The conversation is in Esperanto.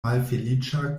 malfeliĉa